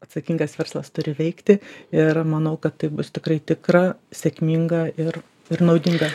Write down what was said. atsakingas verslas turi veikti ir manau kad tai bus tikrai tikra sėkminga ir ir naudinga